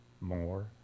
more